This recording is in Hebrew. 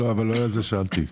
לא על זה שאלתי.